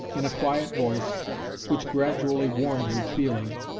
in a quiet voice which gradually warmed with feeling,